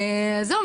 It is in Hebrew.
זהו,